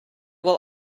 will